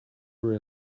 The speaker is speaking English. were